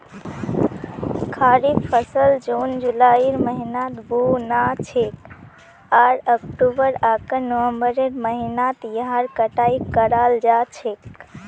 खरीफ फसल जून जुलाइर महीनात बु न छेक आर अक्टूबर आकर नवंबरेर महीनात यहार कटाई कराल जा छेक